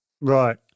Right